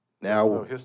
Now